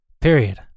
Period